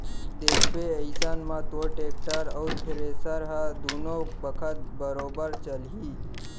देखबे अइसन म तोर टेक्टर अउ थेरेसर ह दुनों बखत बरोबर चलही